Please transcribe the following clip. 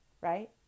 right